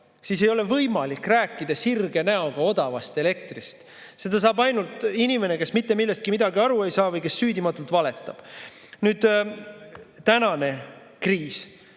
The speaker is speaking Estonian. siis ei ole võimalik rääkida sirge näoga odavast elektrist. Seda saab teha ainult inimene, kes mitte millestki midagi aru ei saa või kes süüdimatult valetab. Tänane kriis,